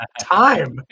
time